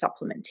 supplementation